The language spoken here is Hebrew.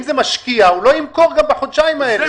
אם זה משקיע, הוא לא ימכור גם בחודשיים האלה.